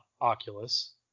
Oculus